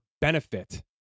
benefit